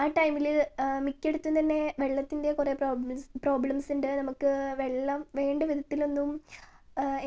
ആ ടൈമിൽ മിക്ക ഇടത്തും തന്നെ വെള്ളത്തിന്റെ കുറേ പ്രോബ്ലംസ് പ്രോബ്ലംസ് ഉണ്ട് നമുക്ക് വെള്ളം വേണ്ട വിധത്തിൽ ഒന്നും